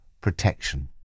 protection